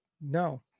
No